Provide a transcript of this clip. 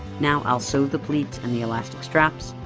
now i'll sew the pleats and the elastic straps,